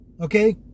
Okay